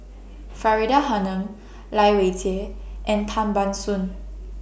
Faridah Hanum Lai Weijie and Tan Ban Soon